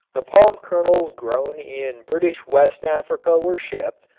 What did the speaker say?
the palm kernels grown in british west africa were shipped,